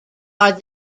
are